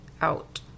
out